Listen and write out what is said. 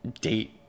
date